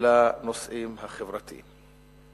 לנושאים החברתיים.